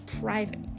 private